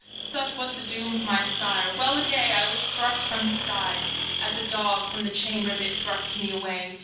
such was the doom of my sire well-a-day, i was thrust from his side as a dog from the chamber they thrust me away,